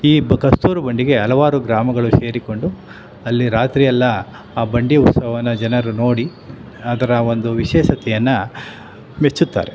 ಈ ಕಸ್ತೂರು ಬಂಡಿಗೆ ಹಲವಾರು ಗ್ರಾಮಗಳು ಸೇರಿಕೊಂಡು ಅಲ್ಲಿ ರಾತ್ರಿಯೆಲ್ಲ ಆ ಬಂಡಿ ಉತ್ಸವವನ್ನು ಜನರು ನೋಡಿ ಅದರ ಒಂದು ವಿಶೇಷತೆಯನ್ನು ಮೆಚ್ಚುತ್ತಾರೆ